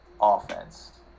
offense